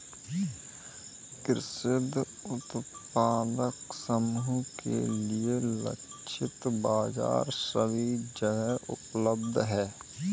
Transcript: कृषक उत्पादक समूह के लिए लक्षित बाजार सभी जगह उपलब्ध है